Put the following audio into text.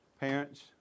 Parents